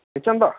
kitchen the